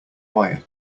wire